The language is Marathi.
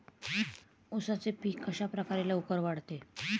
उसाचे पीक कशाप्रकारे लवकर वाढते?